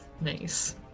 Nice